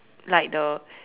like the